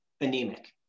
anemic